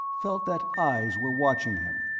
felt that eyes were watching him,